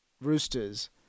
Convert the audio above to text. Roosters